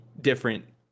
different